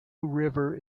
river